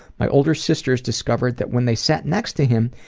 my older sisters discovered that when they sat next to him,